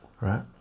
right